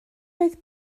oedd